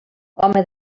home